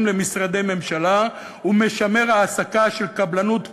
במשרדי ממשלה ומשמר העסקה של קבלנות פוגענית.